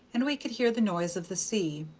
and we could hear the noise of the sea.